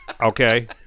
Okay